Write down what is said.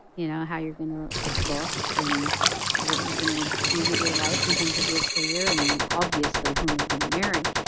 you know, how you're going to look and what you're going to do with your life in terms of your career and obviously whom you're going to marry.